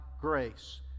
grace